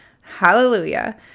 Hallelujah